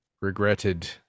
regretted